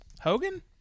Hogan